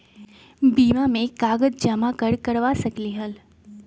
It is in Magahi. बीमा में कागज जमाकर करवा सकलीहल?